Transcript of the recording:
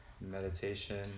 meditation